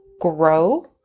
grow